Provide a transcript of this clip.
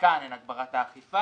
שחלקן הן הגברת האכיפה,